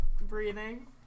breathing